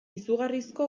izugarrizko